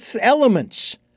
elements